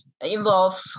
involve